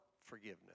forgiveness